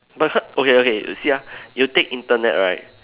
but okay okay you see ah you take Internet right